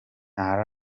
nta